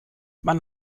man